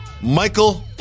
Michael